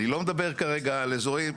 אני לא מדבר כרגע על אזורים,